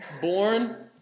born